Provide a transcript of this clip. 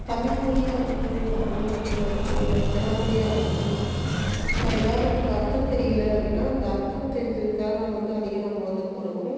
தமிழ் மொழியா இருக்கட்டும் இல்லை ஆங்கில மொழியா இருக்கட்டும் இல்லை பிற மொழியா இருக்கட்டும் அதில் எதாவது நமக்கு அர்த்தம் தெரியலை அப்படினா அந்த அர்த்தம் தெரிஞ்சுக்கறதுக்காக வந்து அதிகம் நம்ப வந்து போடுவோம்